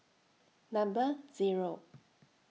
Number Zero